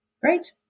Great